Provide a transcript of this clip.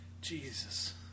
Jesus